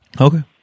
Okay